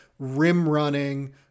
rim-running